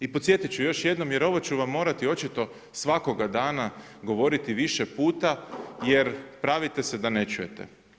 I podsjetit u još jednom jer ovo ću vam morati očito svakog dana govoriti više puta jer pravite se da ne čujete.